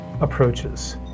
approaches